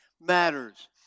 Matters